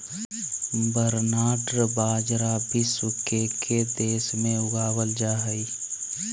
barnyard बाजरा विश्व के के देश में उगावल जा हइ